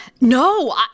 No